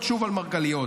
שוב על מרגליות,